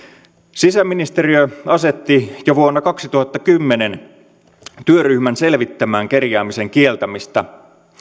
sisäministeriö asetti jo vuonna kaksituhattakymmenen työryhmän selvittämään kerjäämisen kieltämistä